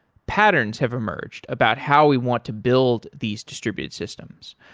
patterns have emerged about how we want to build these distributed systems.